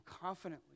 confidently